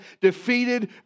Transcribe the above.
defeated